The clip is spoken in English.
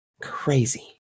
Crazy